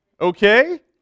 okay